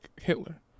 Hitler